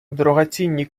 дорогоцінні